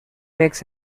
makes